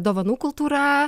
dovanų kultūra